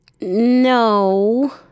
No